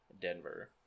Denver